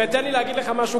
ותן לי להגיד לך משהו,